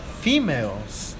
females